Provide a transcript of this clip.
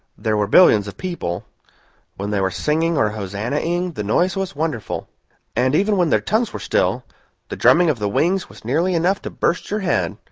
there were billions of people when they were singing or hosannahing, the noise was wonderful and even when their tongues were still the drumming of the wings was nearly enough to burst your head,